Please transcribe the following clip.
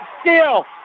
steal